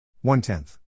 One-tenth